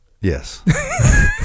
Yes